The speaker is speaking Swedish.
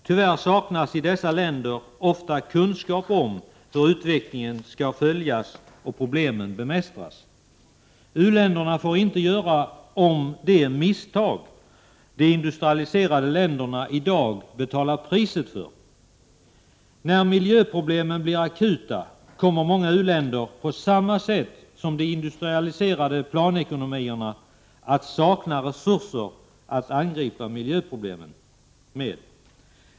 Tyvärr saknas i dessa länder ofta kunskap om hur utvecklingen skall följas och problemen bemästras. U-länderna får inte göra om de misstag de industrialiserade länderna i dag betalar priset för. När miljöproblemen blir akuta kommer många u-länder, på samma sätt som de industrialiserade planekonomierna, att sakna resurser att angripa miljöproblemen med.